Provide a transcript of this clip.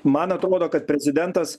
man atrodo kad prezidentas